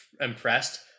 impressed